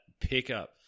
pickup